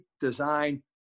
design